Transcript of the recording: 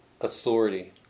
authority